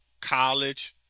college